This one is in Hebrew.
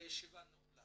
הישיבה ננעלה